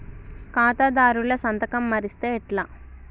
ఖాతాదారుల సంతకం మరిస్తే ఎట్లా?